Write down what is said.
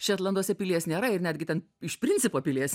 šetlanduose pilies nėra ir netgi ten iš principo pilies